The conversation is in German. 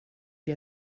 wir